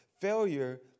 Failure